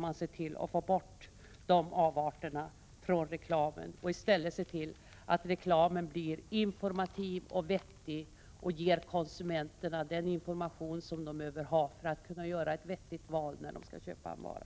och se till att få bort dessa avarter från reklamen och i stället verka för att reklamen blir informativ och vettig och ger konsumenterna den information som de behöver ha för att kunna göra ett vettigt val, när de skall köpa en vara.